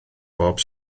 bob